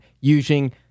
using